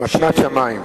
מתנות שמים.